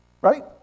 right